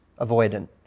avoidant